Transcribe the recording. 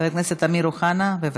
חבר הכנסת אמיר אוחנה, בבקשה,